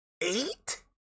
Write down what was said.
eight